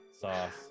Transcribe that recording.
sauce